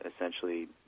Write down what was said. essentially